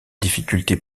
difficulté